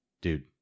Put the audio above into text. dude